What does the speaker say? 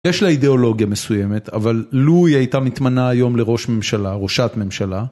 יש לה אידאולוגיה מסוימת, אבל לו היא הייתה מתמנה היום לראש ממשלה, ראשת ממשלה.